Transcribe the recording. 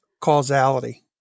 causality